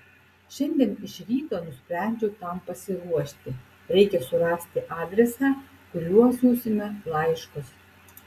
šiandien iš ryto nusprendžiau tam pasiruošti reikia surasti adresą kuriuo siųsime laiškus